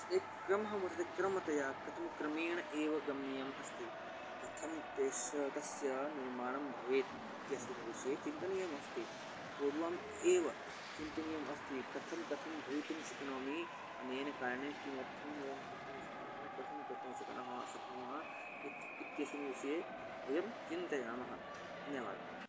एकः क्रमः वर्तते क्रमतया कथं क्रमेण एव गमनीयम् अस्ति कथं तेषां तस्य निर्माणं भवेत् इत्यस्मिन् विषये चिन्तनीयमस्ति पूर्वम् एव चिन्तनीयम् अस्ति कथं कथं भवितुं शक्नोमि अनेन कारणेन किमर्थं वयं कर्तुं शक्नुमः कथं कर्तुं शक्नुमः शक्नुमः इति इत्यस्मिन् विषये वयं चिन्तयामः धन्यवादः